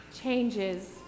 changes